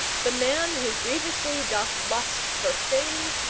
the man who grievously doth lust for fame,